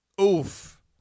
Oof